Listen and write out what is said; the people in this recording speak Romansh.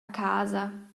casa